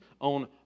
on